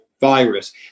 virus